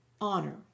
honor